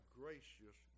gracious